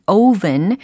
oven